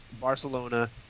Barcelona